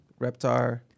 Reptar